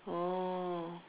oh